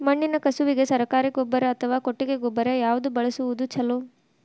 ಮಣ್ಣಿನ ಕಸುವಿಗೆ ಸರಕಾರಿ ಗೊಬ್ಬರ ಅಥವಾ ಕೊಟ್ಟಿಗೆ ಗೊಬ್ಬರ ಯಾವ್ದು ಬಳಸುವುದು ಛಲೋ?